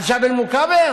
על ג'בל מוכבר?